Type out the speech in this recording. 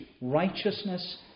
righteousness